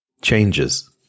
changes